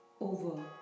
over